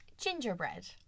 gingerbread